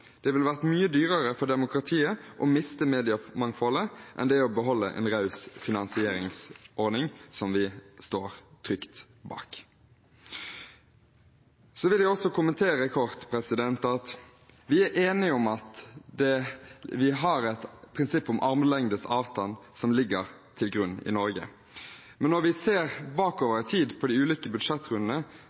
Det ville vært mye dyrere for demokratiet å miste mediemangfoldet enn å beholde en raus finansieringsordning som vi står trygt bak. Jeg vil også kommentere kort at vi er enige om at prinsippet om armlengdes avstand ligger til grunn i Norge. Men når vi ser bakover i tid på de ulike budsjettrundene,